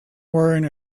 wearing